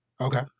Okay